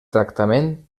tractament